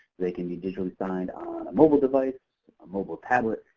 they can be digitally signed on a mobile device, a mobile tablet.